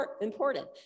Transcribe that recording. important